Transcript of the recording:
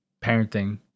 parenting